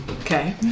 Okay